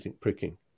pricking